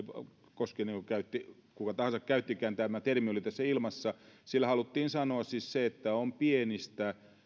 koskinenko käytti kuka tahansa käyttikään tämä termi oli tässä ilmassa sillä haluttiin sanoa siis se että on pienistä